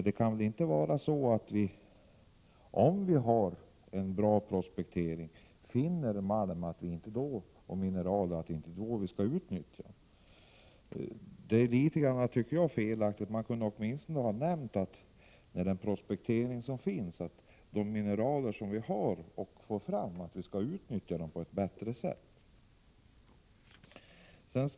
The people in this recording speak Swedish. Det kan väl inte vara så att vi, om vi med en bra prospektering finner malm och mineraler, inte skall utnyttja dessa. Det är litet missvisande. Man kunde åtminstone ha nämnt att vi på ett bättre sätt skall utnyttja de mineraler vi finner genom den prospektering som förekommer.